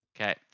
Okay